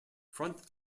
front